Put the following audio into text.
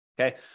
Okay